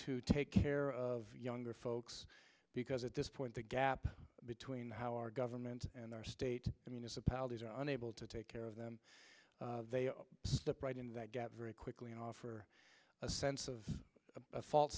to take care of younger folks because at this point the gap between how our government and our state i mean as a pow these are unable to take care of them they step right in that gap very quickly and offer a sense of a false